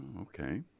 okay